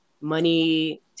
Money